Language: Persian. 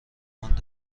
پوند